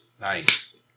Nice